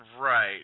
Right